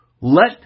let